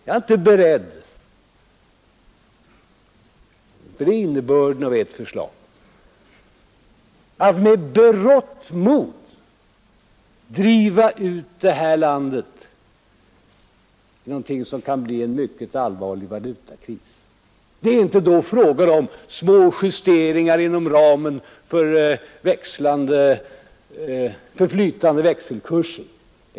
Jag är inte beredd — det är innebörden i ert förslag — att med berått mod driva ut detta land i någonting som kan bli en mycket allvarlig valutakris. Det är då inte fråga om små justeringar inom ramen för flytande växelkurser.